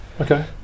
Okay